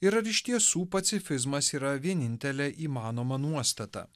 ir ar iš tiesų pacifizmas yra vienintelė įmanoma nuostata